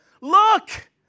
look